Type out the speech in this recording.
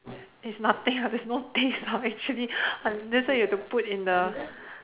it's nothing lah there's no taste lah actually that's why you have to put in the